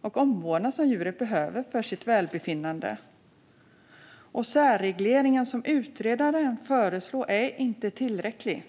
och omvårdnad som djuret behöver för sitt välbefinnande. Särregleringen som utredaren föreslår är inte tillräcklig.